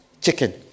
chicken